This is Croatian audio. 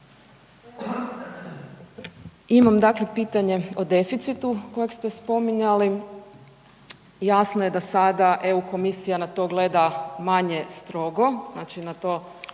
Imam dakle pitanje o deficitu kojeg ste spominjali. Jasno je da sada EU komisija na to gleda manje strogo, znači na to